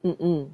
mm mm